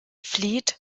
flieht